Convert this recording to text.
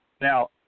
Now